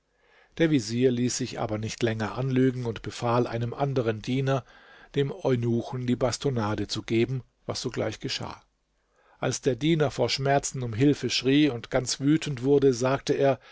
der vezier ließ sich aber nicht länger anlügen und befahl einem anderen diener dem eunuchen die bastonnade zu geben was sogleich geschah als der diener vor schmerzen um hilfe schrie und ganz wütend wurde sagte er